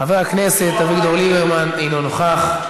חבר הכנסת אביגדור ליברמן, אינו נוכח.